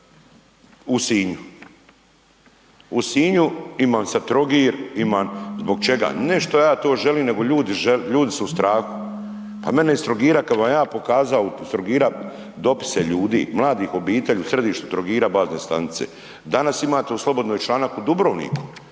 u Sinju, u Sinju, imam sad Trogir, iman, zbog čega?, ne što ja to želim, nego ljudi žele, ljudi su u strahu. Pa mene iz Trogira, kad bi vam ja pokazao iz Trogira dopise ljudi, mladih obitelji u središtu Trogira bazne stanice, danas imate u Slobodnoj članak u Dubrovniku,